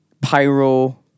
pyro